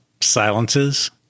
silences